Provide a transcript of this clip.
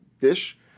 dish